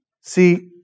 See